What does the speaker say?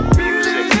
music